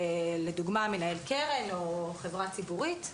לדוגמה מנהל קרן או חברה ציבורית.